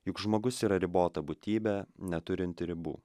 juk žmogus yra ribota būtybė neturinti ribų